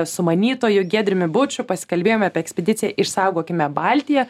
sumanytoju giedriumi buču pasikalbėjome apie ekspediciją išsaugokime baltiją